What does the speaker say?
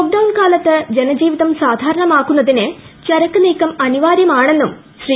ലോക് down കാലത്ത് ജനജീവിതം സാധാരണമാക്കുന്നതിന് ചരക്ക് നീക്കം അനിവാര്യമാണെന്നും ശ്രീ